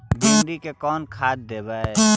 भिंडी में कोन खाद देबै?